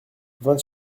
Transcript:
vingt